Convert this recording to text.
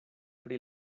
pri